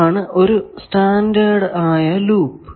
അതാണ് ഒരു സ്റ്റാൻഡേർഡ് ആയ ലൂപ്പ്